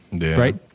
right